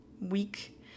week